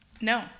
No